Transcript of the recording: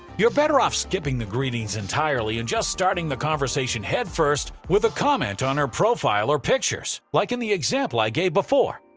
you're better off skipping the greetings entirely and just starting the conversation head first with a comment on her profile or pictures like in the examples i gave before.